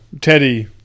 Teddy